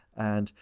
and,